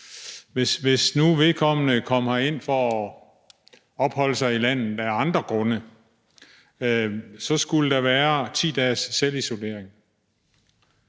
Hvis nu vedkommende kom hertil for at opholde sig i landet af andre grunde, skulle der være 10 dages selvisolering.